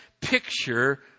picture